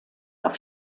auf